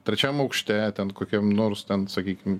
trečiam aukšte ten kokiam nors ten sakykim